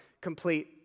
complete